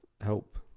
help